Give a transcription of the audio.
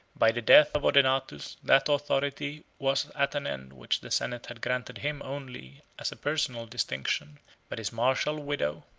by the death of odenathus, that authority was at an end which the senate had granted him only as a personal distinction but his martial widow,